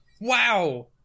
Wow